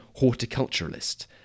horticulturalist